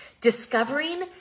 discovering